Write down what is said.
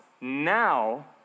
now